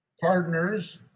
partners